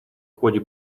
ходе